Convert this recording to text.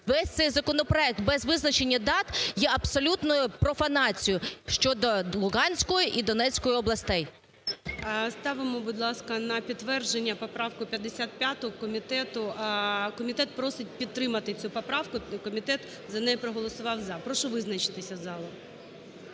весь цей законопроект без визначення дат є абсолютною профанацією щодо Луганської і Донецької областей. ГОЛОВУЮЧИЙ. Ставимо, будь ласка, на підтвердження поправку 55 комітету. Комітет просить підтримати цю поправку, комітет за неї проголосував "за". Прошу визначитися залу.